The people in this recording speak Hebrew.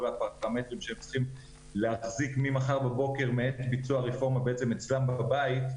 הפרמטרים שהם צריכים להחזיק ממחר בבוקר מעת ביצוע הרפורמה בעצם אצלם בבית,